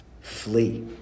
Flee